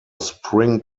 spring